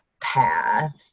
path